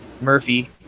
Murphy